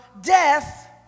death